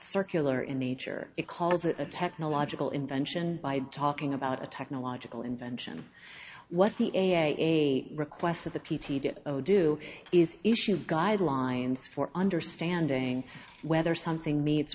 circular in nature it calls it a technological invention by talking about a technological invention what the a request of the p t to do is issue guidelines for understanding whether something meets